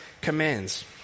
commands